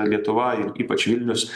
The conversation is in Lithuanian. lietuva ir ypač vilnius